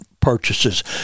purchases